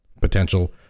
potential